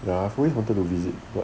ya I've always wanted to visit but